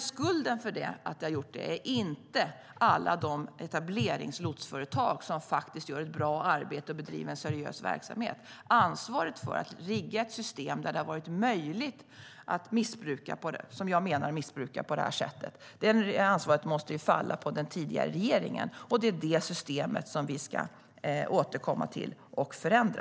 Skulden för detta ligger inte på alla de etableringslotsföretag som gör ett bra arbete och bedriver en seriös verksamhet. Ansvaret för att rigga ett system som det har varit möjligt att missbruka, vilket jag menar att man har gjort, på detta sätt måste falla på den tidigare regeringen. Det är detta system vi ska återkomma till och förändra.